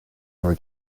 your